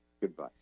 Goodbye